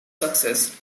success